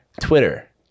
Twitter